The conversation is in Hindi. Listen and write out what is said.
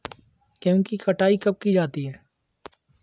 गेहूँ की कटाई कब की जाती है?